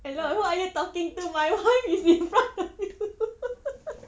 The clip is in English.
hello who are you talking to my wife is in front of you